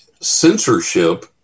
censorship